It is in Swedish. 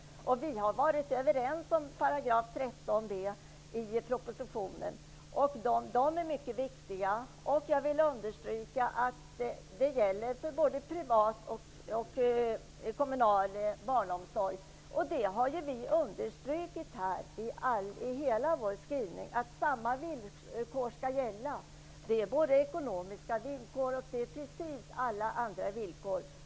Vi har varit överens om förslaget beträffande 13 b § i propositionen. Villkoren är mycket viktiga, och jag vill understryka att de gäller för både privat och kommunal barnomsorg. Vi har understrukit detta i hela vår skrivning. Det gäller både ekonomiska villkor och alla andra villkor.